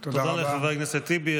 תודה לחבר הכנסת טיבי.